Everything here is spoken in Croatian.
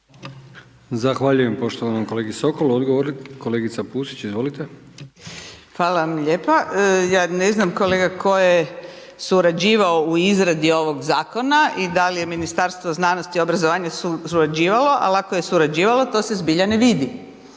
Zahvaljujem poštovanom kolegi Sokolu. Odgovor kolegica Pusić, izvolite. **Pusić, Vesna (GLAS)** Hvala vam lijepa. Ja ne znam kolega tko je surađivao u izradi ovog zakona i da li je Ministarstvo znanosti, obrazovanja surađivalo, ali ako je surađivalo to se zbilja ne vidi